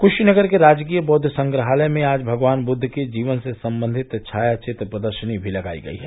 कृशीनगर के राजकीय बौद्व संग्रहालय में आज भगवान बुद्व के जीवन से सम्बन्धित छाया चित्र प्रदर्शनी भी लगायी गयी है